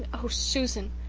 oh, susan,